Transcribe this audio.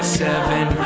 seven